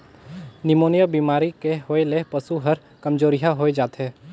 pneumonia बेमारी के होय ले पसु हर कामजोरिहा होय जाथे